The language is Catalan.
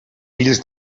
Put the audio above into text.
fills